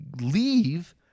leave